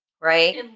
right